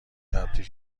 تبدیل